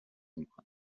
میکنم